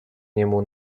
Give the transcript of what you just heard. niemu